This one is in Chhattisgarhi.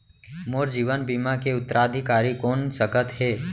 मोर जीवन बीमा के उत्तराधिकारी कोन सकत हे?